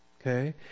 okay